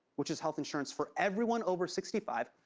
which is health insurance for everyone over sixty five,